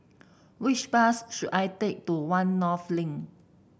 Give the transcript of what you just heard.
which bus should I take to One North Link